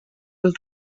with